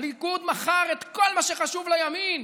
הליכוד מכר את כל מה שחשוב לימין.